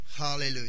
hallelujah